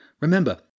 Remember